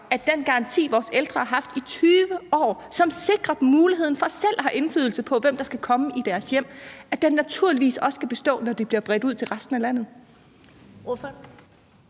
at den garanti, vores ældre har haft i 20 år, og som sikrer dem muligheden for selv at have indflydelse på, hvem der skal komme i deres hjem, naturligvis også skal bestå, når det her bliver bredt ud til resten af landet?